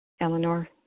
Eleanor